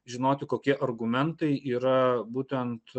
žinoti kokie argumentai yra būtent